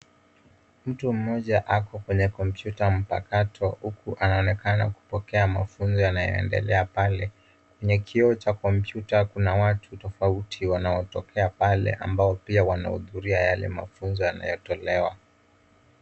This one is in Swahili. Mtu mmoja ako kwenye kompyuta mpakato huku anaonekana kupokea mafunzo yanayoendelea pale. Kwenye kioo cha kompyuta kuna watu tofauti wanaotokea pale ambao pia wanahudhuria yale mafunzo yanayotolewa.